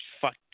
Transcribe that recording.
fuck